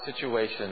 situation